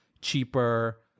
cheaper